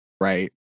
Right